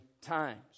times